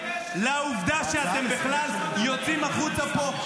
על העובדה שאתם בכלל יוצאים החוצה פה,